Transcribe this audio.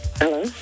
Hello